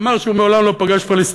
הוא אמר שהוא מעולם לא פגש פלסטינים,